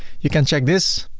you can check this.